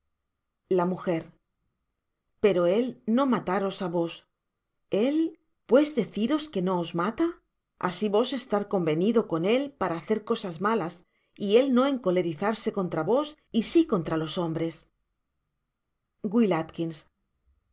la m pero él no mataros á vos el pues deciros que no os mata asi vos estar convenido eon él para hacer cosas malas y él no encolerizarse contra vos y si contra otros hombres